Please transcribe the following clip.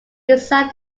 decide